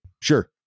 sure